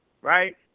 right